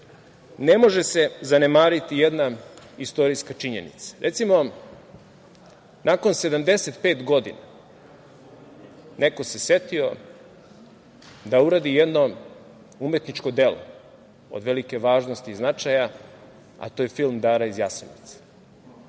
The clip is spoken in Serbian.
može se zanemariti jedna istorijska činjenica. Recimo, nakon 75 godina neko se setio da uradi jedno umetničko delo od velike važnosti i značaja, a to je film "Dara iz Jasenovca".